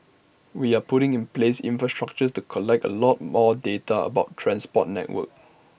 we are putting in place infrastructures to collect A lot more data about transport network